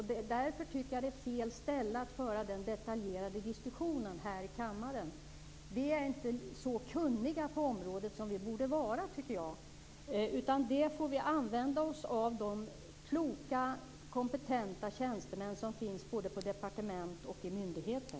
Därför tycker jag att kammaren är fel ställe att föra den detaljerade diskussionen. Vi är inte så kunniga på området som vi borde vara. Vi får använda oss av de kloka, kompetenta tjänstemän som finns på departement och i myndigheter.